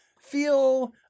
feel